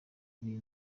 bw’iyi